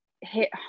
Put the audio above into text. hit